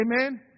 Amen